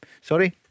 sorry